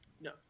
No